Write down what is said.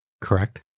Correct